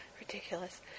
Ridiculous